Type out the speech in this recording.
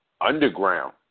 underground